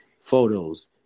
photos